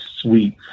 sweet